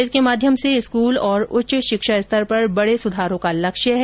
इसके माध्यम से स्कूल और उच्च शिक्षा स्तर पर बडे सुधारों का लक्ष्य है